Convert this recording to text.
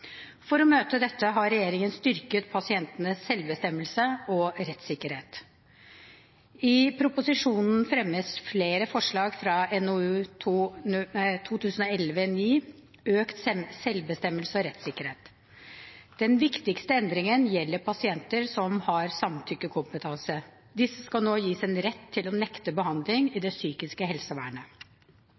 For å møte dette har regjeringen styrket pasientenes selvbestemmelse og rettssikkerhet. I proposisjonen fremmes flere forslag fra NOU 2011:9 Økt selvbestemmelse og rettssikkerhet. Den viktigste endringen gjelder pasienter som har samtykkekompetanse. Disse skal nå gis en rett til å nekte behandling i det psykiske helsevernet.